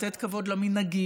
לתת כבוד למנהגים,